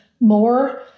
more